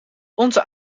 onze